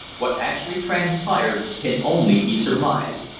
what actually transpired can only be surmised,